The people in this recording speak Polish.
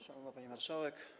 Szanowna Pani Marszałek!